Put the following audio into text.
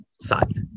side